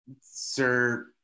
Sir